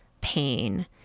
pain